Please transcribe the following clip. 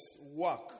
work